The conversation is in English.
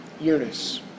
Eunice